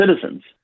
citizens